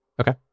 Okay